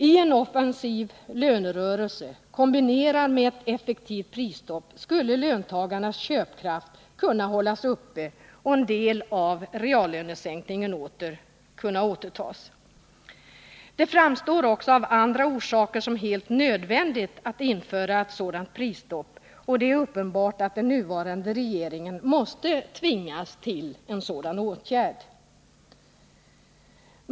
I en offensiv lönerörelse, kombinerad med ett effektivt prisstopp, skulle löntagarnas köpkraft kunna hållas uppe och en del av reallönesänkningen kunna återtas. Det framstår också av andra orsaker som helt nödvändigt att införa ett sådant prisstopp. Och det är uppenbart att den nuvarande regeringen måste tvingas till en sådan åtgärd.